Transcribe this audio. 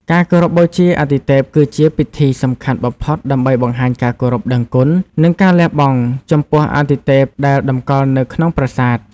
ការគោរពបូជាអាទិទេពគឺជាពិធីសំខាន់បំផុតដើម្បីបង្ហាញការគោរពដឹងគុណ និងការលះបង់ចំពោះអាទិទេពដែលតម្កល់នៅក្នុងប្រាសាទ។